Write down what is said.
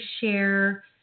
share